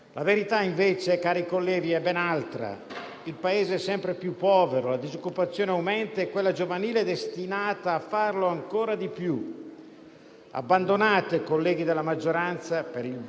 Abbandonate, colleghi della maggioranza, per il bene - anzi, per la sopravvivenza - del nostro Paese, alcuni sterili preconcetti che nel tempo avete voluto applicare.